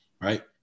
right